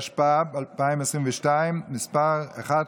התשפ"ב 2021, נתקבלה.